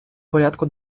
порядку